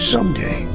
Someday